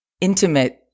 intimate